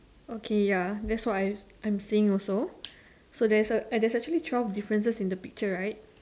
okay ya that's what I I'm seeing also so there's a uh there's actually twelve differences in the picture right